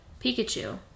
Pikachu